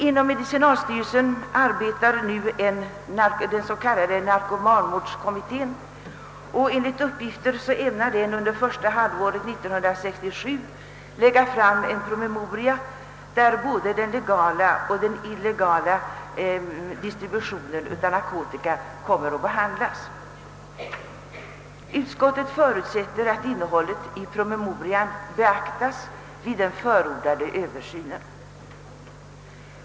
Inom medicinalstyrelsen är den s.k. narkomanvårdskommittén sysselsatt med dessa frågor och enligt uppgifter ämnar den under första halvåret 1967 lägga fram en promemoria, där både den legala och den illegala distributionen av narkotika kommer att behand las. Utskottet förutsätter att innehållet i promemorian beaktas i den förordade översynen.